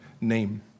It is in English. name